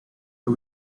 but